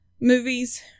movies